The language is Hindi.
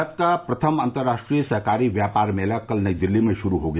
भारत का प्रथम अंतर्राष्ट्रीय सहकारी व्यापार मेला कल नई दिल्ली में शुरू हो गया